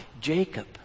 Jacob